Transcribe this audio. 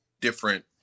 different